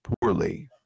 poorly